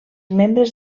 membres